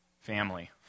Family